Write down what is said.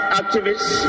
activists